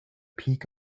peak